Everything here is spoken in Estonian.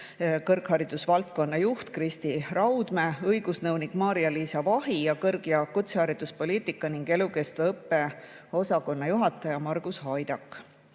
kõrghariduse valdkonna juht Kristi Raudmäe, õigusnõunik Maarja-Liisa Vahi ja kõrg‑ ja kutsehariduspoliitika ning elukestva õppe osakonna juhataja Margus Haidak.